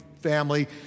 family